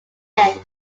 end